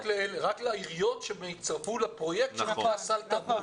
רק לעיריות שהצטרפו לפרויקט שנקרא סל תרבות.